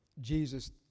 Jesus